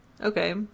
Okay